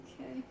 Okay